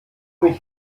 mich